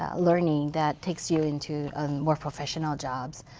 ah learning, that takes you into more professional jobs.